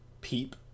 Peep